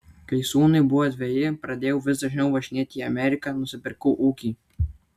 kai sūnui buvo dveji pradėjau vis dažniau važinėti į ameriką nusipirkau ūkį